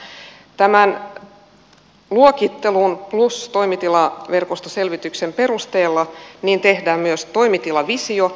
tämän luokittelun plus toimitilaverkostoselvityksen perusteella tehdään myös toimitilavisio